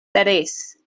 tres